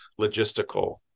logistical